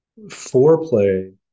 foreplay